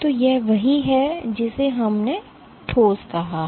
तो यह वही है जिसे हमने एक ठोस कहा है